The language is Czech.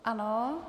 Ano.